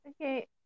Okay